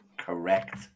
Correct